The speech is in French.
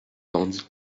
bandit